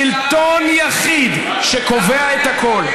שלטון יחיד שקובע את הכול.